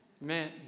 Man